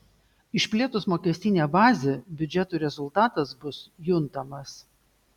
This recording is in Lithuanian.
išplėtus mokestinę bazę biudžetui rezultatas bus juntamas